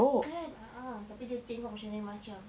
kan a'ah tapi dia tengok macam lain macam